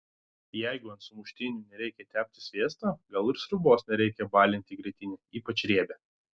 jeigu ant sumuštinių nereikia tepti sviesto gal ir sriubos nereikia balinti grietine ypač riebia